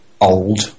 old